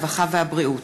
הרווחה והבריאות,